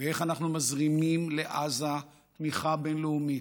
ואיך אנחנו מזרימים לעזה תמיכה בין-לאומית,